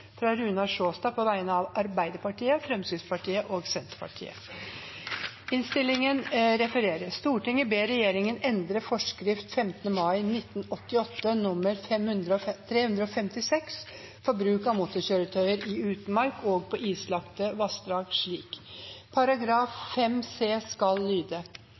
fra Arbeiderpartiet, Fremskrittspartiet og Senterpartiet. Forslag nr. 1 lyder: «Stortinget ber regjeringen sørge for at endring av forskrift av 15. mai 1988 nr. 356 for bruk av motorkjøretøyer i utmark og på islagte vassdrag